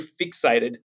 fixated